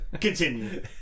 Continue